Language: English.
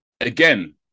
Again